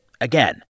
again